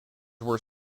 were